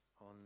on